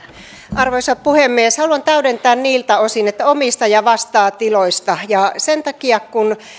arvoisa puhemies haluan täydentää niiltä osin että omistaja vastaa tiloista sen takia kun